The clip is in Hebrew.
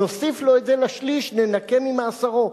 נוסיף לו את זה לשליש, ננכה ממאסרו.